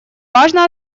важно